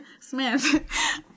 Smith